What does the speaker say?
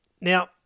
Now